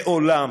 מעולם